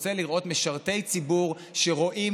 הוא רוצה לראות משרתי ציבור שרואים